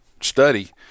study